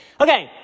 Okay